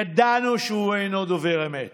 ידענו שהוא אינו דובר אמת